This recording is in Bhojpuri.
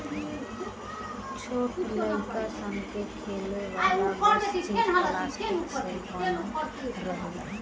छोट लाइक सन के खेले वाला सब चीज़ पलास्टिक से बनल रहेला